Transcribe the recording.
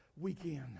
Weekend